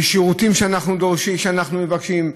בשירותים שאנחנו מבקשים,